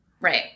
Right